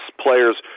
players